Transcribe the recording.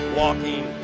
walking